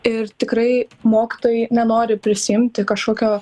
ir tikrai mokytojai nenori prisiimti kažkokio